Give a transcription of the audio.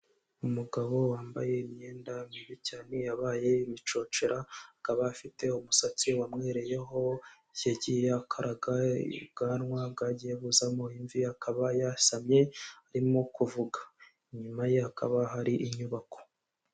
Umugabo wambaye imyenda mibi cyane yabaye ibicocera akaba afite umusatsi wamwereyeho yagiye akaraga ubwanwa bwagiye buzamo imvi, akaba yasamye arimo kuvuga inyuma ye hakaba hari inyubako.